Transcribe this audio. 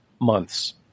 months